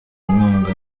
inkunga